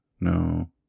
No